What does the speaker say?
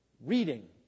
reading